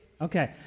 Okay